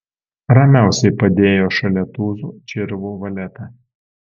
ramiausiai padėjo šalia tūzo čirvų valetą